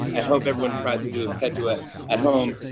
i hope everyone tries to do a pet duet at home.